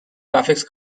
graphics